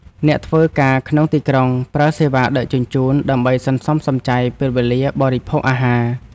អ្នកធ្វើការក្នុងទីក្រុងប្រើសេវាដឹកជញ្ជូន ដើម្បីសន្សំសំចៃពេលវេលាបរិភោគអាហារ។